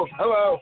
hello